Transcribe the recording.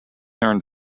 earned